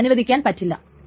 അതിനെ അനുവദിക്കാൻ പറ്റില്ല